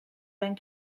rękę